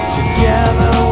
Together